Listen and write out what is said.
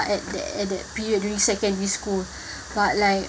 at that at that period during secondary school but like